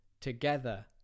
together